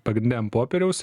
pagrinde ant popieriaus